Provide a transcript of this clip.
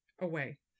away